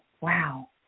Wow